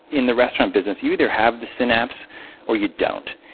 in the restaurant business, you either have the synapse or you don't.